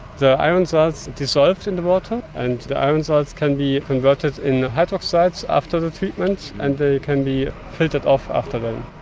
the iron salts dissolved in the water and the iron salts can be converted in hydroxides after the treatment and they can be filtered off after then.